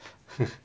!huh!